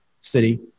city